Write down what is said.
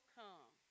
come